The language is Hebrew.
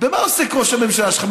במה עוסק ראש הממשלה שלך?